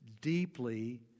deeply